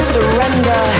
Surrender